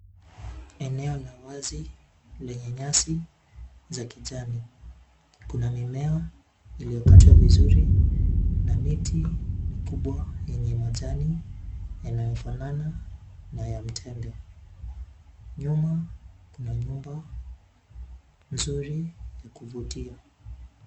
Eneo la wazi lenye nyasi za kijani, kuna mimea iliyokatwa vizuri na miti mikubwa yenye majani yanayofanana na ya mtende. Nyuma, kuna nyumba nzuri ya kuvutia.